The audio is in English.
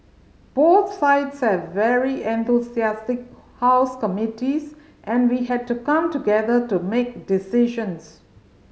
both sides have very enthusiastic house committees and we had to come together to make decisions